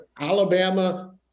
Alabama